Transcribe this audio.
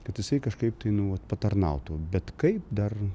kad jisai kažkaip tai nu vat patarnautų bet kaip dar